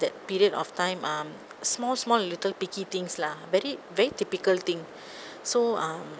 that period of time um small small little picky things lah very very typical thing so um